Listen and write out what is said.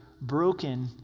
broken